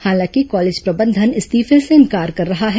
हालांकि कॉलेज प्रबंधन इस्तीफे से इंकार कर रहा है